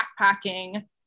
backpacking